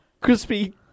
Crispy